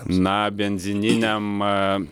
na benzininiam